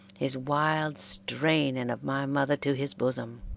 his wild straining of my mother to his bosom